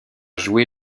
joué